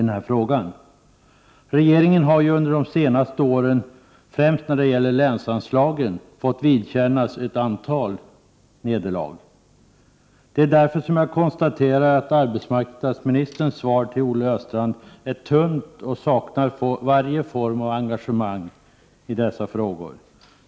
Regeringen har ju under de senaste åren, främst när det gäller länsanslagen, fått vidkännas ett antal nederlag. Därför konstaterar jag att arbetsmarknadsministerns svar till Olle Östrand är tunt och saknar varje form av engagemang.